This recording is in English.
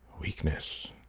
Weakness